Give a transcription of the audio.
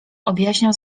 objaśniał